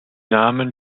namen